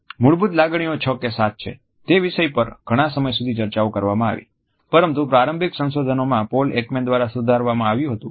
મૂળભૂત લાગણીઓ છ કે સાત છે તે વિષય પર ઘણા સમય સુધી ચર્ચાઓ કરવામાં આવી પરંતુ પ્રારંભિક સંશોધનમાં પોલ એકમેન દ્વારા સુધારવામાં આવ્યું હતું